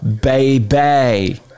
Baby